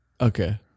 Okay